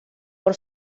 por